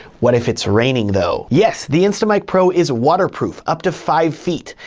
what if it's raining though? yes, the instamic pro is waterproof up to five feet,